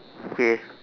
okay